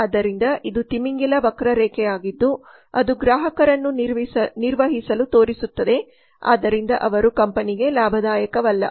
ಆದ್ದರಿಂದ ಇದು ತಿಮಿಂಗಿಲ ವಕ್ರರೇಖೆಯಾಗಿದ್ದು ಅದು ಗ್ರಾಹಕರನ್ನು ನಿರ್ವಹಿಸಲು ತೋರಿಸುತ್ತದೆ ಆದ್ದರಿಂದ ಅವರು ಕಂಪನಿಗೆ ಲಾಭದಾಯಕವಲ್ಲ